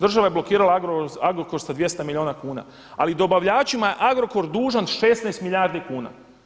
Država je blokirala Agrokor sa 200 milijuna kuna, ali dobavljačima je Agrokor dužan 16 milijardi kuna.